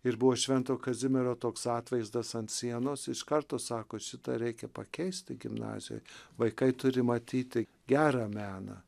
ir buvo švento kazimiero toks atvaizdas ant sienos iš karto sako šitą reikia pakeisti gimnazijoj vaikai turi matyti gerą meną